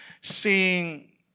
seeing